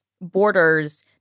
borders